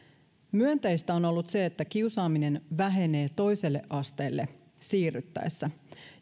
myönteistä on ollut se että kiusaaminen vähenee toiselle asteelle siirryttäessä